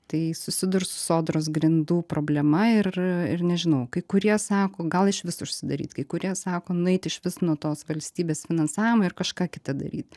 tai susidurs su sodros grindų problema ir ir nežinau kai kurie sako gal išvis užsidaryt kai kurie sako nueit iš vis nuo tos valstybės finansavimo ir kažką kita daryt